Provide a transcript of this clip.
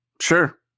Sure